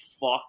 fuck